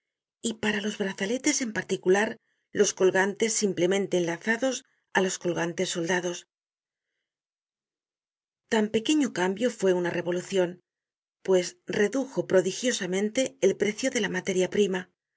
y para los brazaletes en particular los colgantes simplemente enlazados á los colgantes soldados content from google book search generated at tan pequeño cambio fue una revolucion pues redujo prodigiosamente el precio de la materia primera